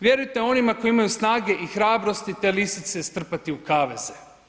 Vjerujte onima koji imaju snage i hrabrosti te lisice strpati u kaveze.